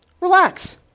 Relax